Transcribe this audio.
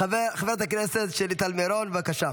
חברת הכנסת שלי טל מירון, בבקשה.